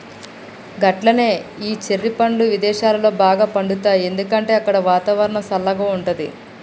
గట్లనే ఈ చెర్రి పండ్లు విదేసాలలో బాగా పండుతాయి ఎందుకంటే అక్కడ వాతావరణం సల్లగా ఉంటది